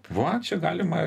va čia galima